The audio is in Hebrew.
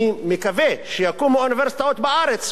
אני מקווה שיקומו אוניברסיטאות בארץ,